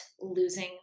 losing